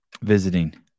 visiting